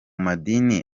madini